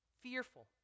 fearful